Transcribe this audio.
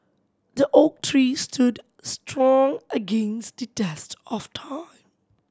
the oak tree stood strong against the test of time